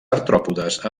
artròpodes